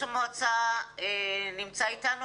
משה שגיא ממשרד